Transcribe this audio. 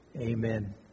Amen